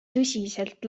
tõsiselt